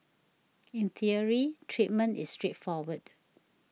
in theory treatment is straightforward